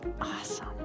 Awesome